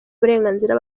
burenganzira